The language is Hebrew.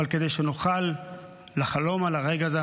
אבל כדי שנוכל לחלום על הרגע הזה,